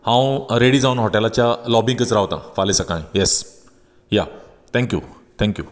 हांव रेडी जावन हॉटेलाच्या लॉबींतच रावतां फाल्यां सकाळीं yes yeah thank you thank you